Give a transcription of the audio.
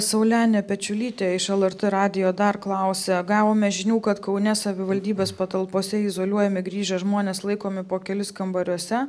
saulenė pečiulytė iš lrt radijo dar klausė gavome žinių kad kaune savivaldybės patalpose izoliuojami grįžę žmonės laikomi po kelis kambariuose